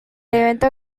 evento